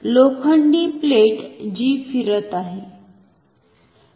लोखंडी प्लेट जी फिरत आहे